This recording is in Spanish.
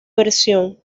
versión